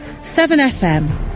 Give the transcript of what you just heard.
7FM